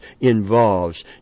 involves